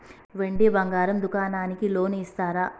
వెండి బంగారం దుకాణానికి లోన్ ఇస్తారా?